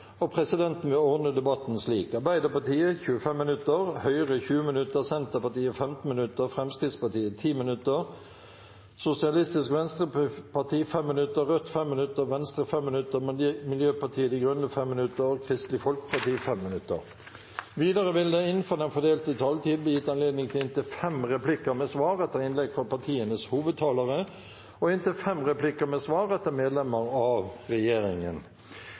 og presidenten vil ordne debatten slik: Arbeiderpartiet 25 minutter, Høyre 20 minutter, Senterpartiet 15 minutter, Fremskrittspartiet 10 minutter, Sosialistisk Venstreparti, Rødt, Venstre, Miljøpartiet De Grønne og Kristelig Folkeparti 5 minutter hver. Videre vil det – innenfor den fordelte taletid – bli gitt anledning til inntil fem replikker med svar etter innlegg fra partienes hovedtalere og etter innlegg fra medlemmer av regjeringen.